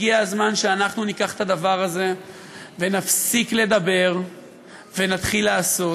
הגיע הזמן שאנחנו ניקח את הדבר הזה ונפסיק לדבר ונתחיל לעשות,